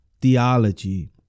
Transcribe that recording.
theology